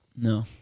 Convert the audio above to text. No